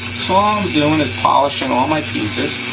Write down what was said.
so um doing is polishing all my pieces,